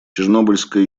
чернобыльская